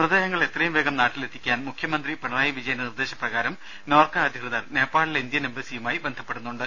മൃതദേഹങ്ങൾ എത്രയും വേഗം നാട്ടിലെത്തിക്കാൻ മുഖ്യമന്ത്രി പിണറായി വിജയന്റെ നിർദ്ദേശപ്രകാരം നോർക്ക അധികൃതർ നേപ്പാളിലെ ഇന്ത്യൻ എംബസിയുമായി ബന്ധപ്പെടുന്നുണ്ട്